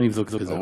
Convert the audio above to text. אני אבדוק את זה.